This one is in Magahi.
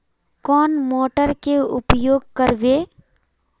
कौन मोटर के उपयोग करवे?